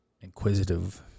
inquisitive